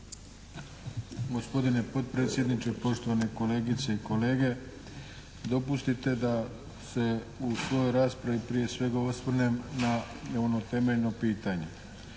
Gospodine potpredsjedniče, poštovane kolegice i kolege. Dopustite da se u svojoj raspravi prije svega osvrnem na ono temeljno pitanje.